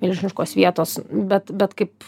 milžiniškos vietos bet bet kaip